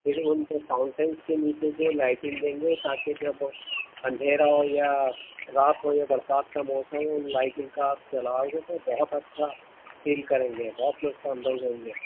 پھر ان پہ فاؤنٹنس کے نیچے جو لائٹنگ دیں گے تاکہ جب اندھیرا ہو یا رات ہو یا برسات کا موسم ہو ان لائٹنگ کا آپ جلاؤگے تو بہت اچھا فیل کریں گے بہت لطف اندوز ہوں گے